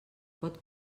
pot